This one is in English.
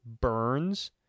Burns